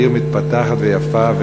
והיא עיר מתפתחת ויפה,